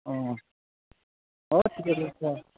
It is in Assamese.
অঁ হয় ঠিকে অঁ